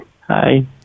Hi